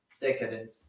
decadent